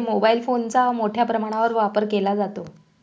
mobile फोनचा मोठ्या प्रमाणावर वापर केला जातो